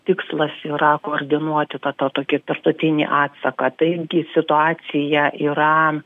tikslas yra koordinuoti tą to tokį tarptautinį atsaką taigi situacija yra